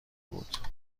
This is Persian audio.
بود